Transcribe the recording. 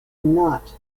not